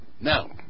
Now